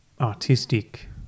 artistic